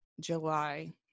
July